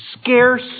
scarce